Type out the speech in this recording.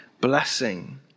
blessing